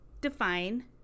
define